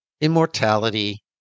Immortality